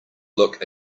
look